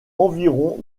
environ